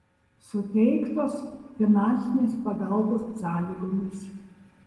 suteiktos finansinės pagalbos sąlygomis